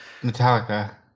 Metallica